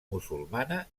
musulmana